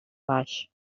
baix